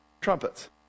trumpets